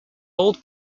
old